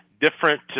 different